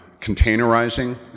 containerizing